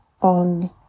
on